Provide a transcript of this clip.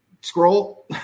scroll